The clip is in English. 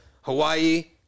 Hawaii